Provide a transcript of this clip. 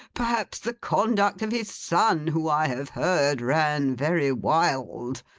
perhaps the conduct of his son, who, i have heard, ran very wild,